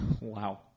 Wow